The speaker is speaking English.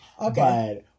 Okay